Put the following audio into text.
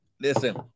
Listen